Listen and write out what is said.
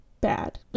bad